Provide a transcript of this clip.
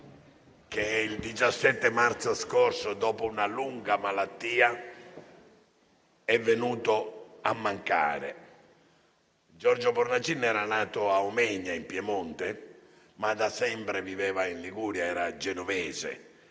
il 17 marzo scorso, dopo una lunga malattia, è venuto a mancare. Giorgio Bornacin era nato a Omegna, in Piemonte, ma da sempre viveva in Liguria; era genovese.